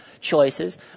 choices